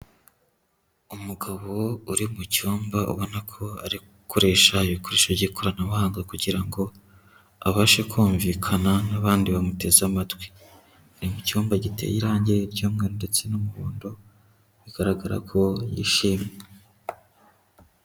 Umugabo uri mu cyumba ubona ko ari gukoresha ibikoresho by'ikoranabuhanga kugira ngo abashe kumvikana n'abandi bamuteze amatwi. Ni mu cyumba giteye irangi ry'umweru ndetse n'umuhondo, bigaragara ko yishimye.